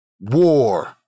War